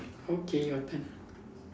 okay your turn